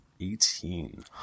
Eighteen